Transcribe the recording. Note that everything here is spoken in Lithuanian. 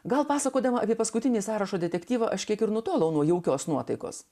gal pasakodama apie paskutinį sąrašo detektyvą aš kiek ir nutolau nuo jaukios nuotaikos